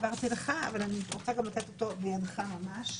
אבל אני רוצה גם לתת אותו בידך ממש.